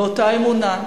ואותה אמונה,